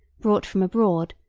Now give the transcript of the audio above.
brought from abroad,